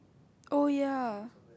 oh ya